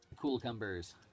Cucumbers